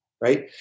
Right